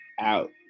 out